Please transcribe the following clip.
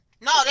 No